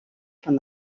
from